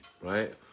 right